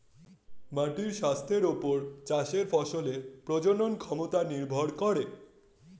মাটির স্বাস্থ্যের ওপর চাষের ফসলের প্রজনন ক্ষমতা নির্ভর করে